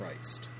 Christ